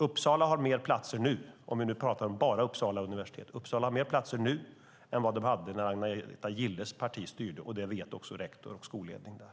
Uppsala har fler platser nu - om vi enbart talar om Uppsala universitet - än de hade när Agneta Gilles parti styrde. Det vet också rektor och skolledning där.